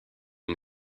une